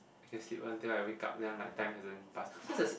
I can sleep until I wake up then like time hasn't passed so it's like